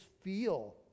feel